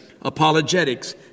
apologetics